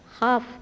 half